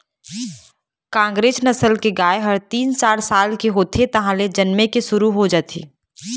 कांकरेज नसल के गाय ह तीन, चार साल के होथे तहाँले जनमे के शुरू हो जाथे